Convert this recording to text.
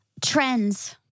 Trends